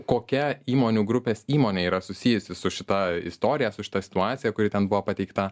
kokia įmonių grupės įmonė yra susijusi su šita istorija su šita situacija kuri ten buvo pateikta